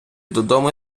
додому